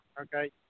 okay